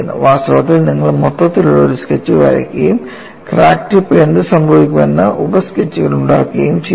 വാസ്തവത്തിൽ നിങ്ങൾ മൊത്തത്തിലുള്ള ഒരു സ്കെച്ച് വരക്കുകയും ക്രാക്ക് ടിപ്പിൽ എന്ത് സംഭവിക്കുമെന്ന് ഉപ സ്കെച്ചുകൾ ഉണ്ടാക്കുകയും ചെയ്യുന്നു